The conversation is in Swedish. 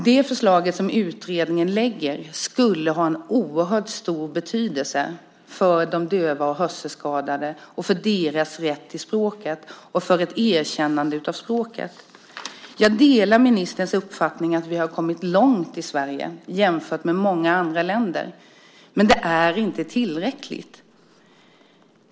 Det förslaget, som utredningen lägger fram, skulle ha en oerhört stor betydelse för de döva och hörselskadade, för deras rätt till språket och för ett erkännande av språket. Jag delar ministerns uppfattning att vi har kommit långt i Sverige jämfört med många andra länder. Men det är inte tillräckligt.